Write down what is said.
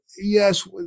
Yes